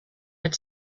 had